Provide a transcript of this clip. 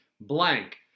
blank